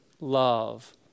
love